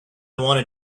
want